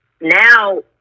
now